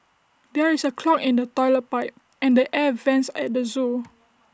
there is A clog in the Toilet Pipe and the air Vents at the Zoo